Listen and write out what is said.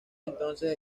entonces